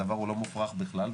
הדבר לא מופרך בכלל,